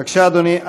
בבקשה, אדוני.